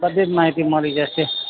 બધી જ માહિતી મળી જશે